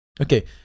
okay